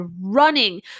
running